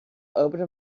opened